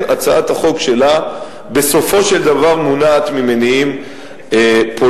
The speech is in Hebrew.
הצעת החוק שלה בסופו של דבר מונעת ממניעים פוליטיים,